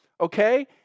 Okay